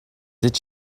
did